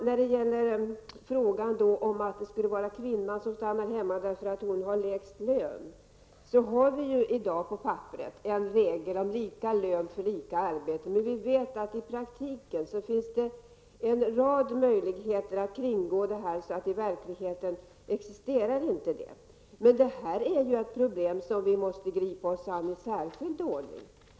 När det gäller frågan om att kvinnan skulle stanna hemma eftersom hon har lägst lön, har vi i dag på pappret en regel om lika lön för lika arbete. Vi vet att det i praktiken finns en rad möjligheter att kringgå detta, så det existerar inte i verkligheten. Det här är dock ett problem som vi måste gripa oss an i särskild ordning.